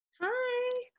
Hi